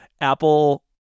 apple